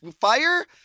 fire